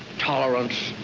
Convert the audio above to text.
tolerance,